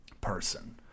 person